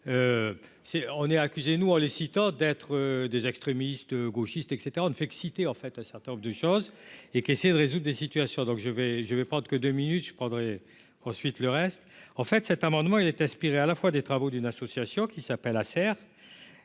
on est accusé, nous en les citant d'être des extrémistes gauchistes et 9 excités en fait un certain nombre de choses et qu'essayer de résoudre des situations, donc je vais, je vais prendre que deux minutes je prendrai ensuite le reste en fait, cet amendement il est aspiré à la fois des travaux d'une association qui s'appelle Acer